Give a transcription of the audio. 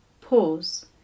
pause